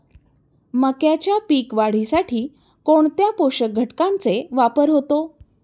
मक्याच्या पीक वाढीसाठी कोणत्या पोषक घटकांचे वापर होतो?